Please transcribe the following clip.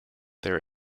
their